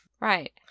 Right